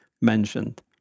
mentioned